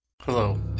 Hello